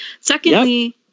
secondly